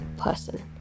person